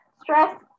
stress